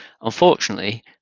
unfortunately